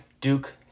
Duke